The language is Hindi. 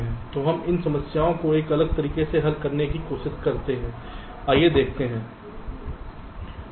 तो हम इन समस्याओं को एक अलग तरीके से हल करने की कोशिश करते हैं आइए देखते हैं